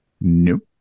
Nope